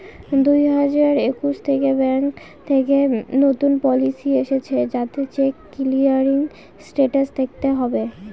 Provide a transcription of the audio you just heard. দুই হাজার একুশ থেকে ব্যাঙ্কে নতুন পলিসি এসেছে যাতে চেক ক্লিয়ারিং স্টেটাস দেখাতে হবে